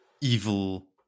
Evil